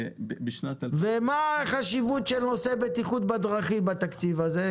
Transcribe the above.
ומה חשיבות הבטיחות בדרכים בתקציב הזה?